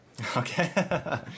Okay